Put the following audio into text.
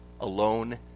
alone